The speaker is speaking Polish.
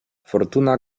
fortuna